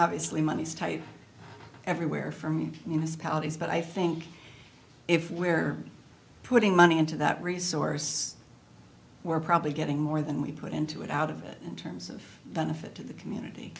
obviously money is tight everywhere for me in his policies but i think if we're putting money into that resource we're probably getting more than we put into it out of it in terms of benefit to the community